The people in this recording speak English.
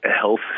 health